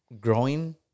growing